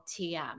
TM